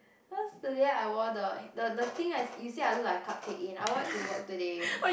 cause the they I wore the the the thing ah you say I look like a cupcake in I wore it to work today